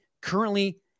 currently